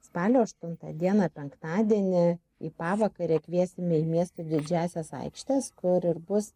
spalio aštuntą dieną penktadienį į pavakarę kviesime į miestų didžiąsias aikštes kur ir bus